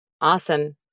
Awesome